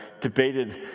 debated